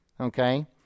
Okay